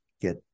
get